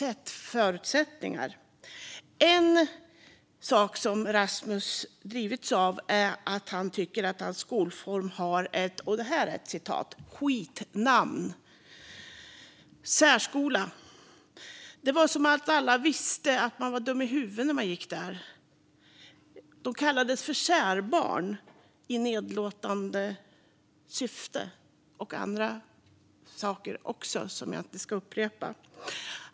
En sak som Rasmus har drivits av är att han tycker att hans skolform har ett, som han sa, skitnamn: särskola. Det var som att alla visste att man var dum i huvudet när man gick där. De kallades särbarn, i nedlåtande syfte, och andra saker som jag inte ska upprepa.